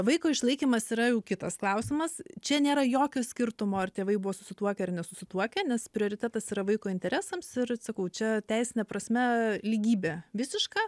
vaiko išlaikymas yra jau kitas klausimas čia nėra jokio skirtumo ar tėvai buvo susituokę ar nesusituokę nes prioritetas yra vaiko interesams ir sakau čia teisine prasme lygybė visiška